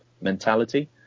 mentality